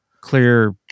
clear